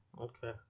Okay